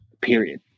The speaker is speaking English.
Period